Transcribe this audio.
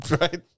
Right